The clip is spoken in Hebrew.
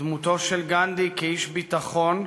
דמותו של גנדי כאיש ביטחון,